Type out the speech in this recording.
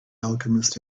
alchemist